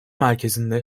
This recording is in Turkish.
merkezinde